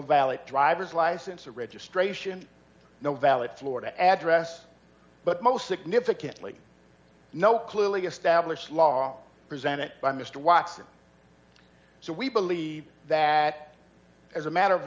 valid driver's license or registration no valid florida address but most significantly no clearly established law presented by mr watson so we believe that as a matter of